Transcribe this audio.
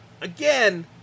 again